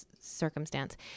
circumstance